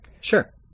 sure